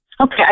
Okay